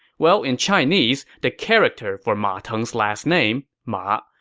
well, in chinese, the character for ma teng's last name, ma,